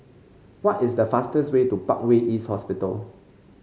what is the fastest way to Parkway East Hospital